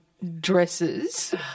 Dresses